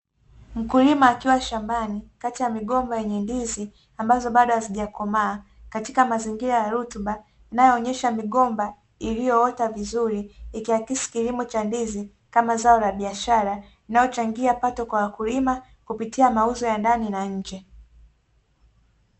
Mkulima akiwa shambani kati ya migomba ya ndizi, ambazo bado hazijakomaa katika mazingira ya rutuba inayonyesha migomba iliyoota vizuri ikiakisi kilimo cha ndizi kama zao la biashara linalo changia pato kwa wakulima kupitia mauzo ya ndani na nje.